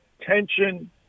tension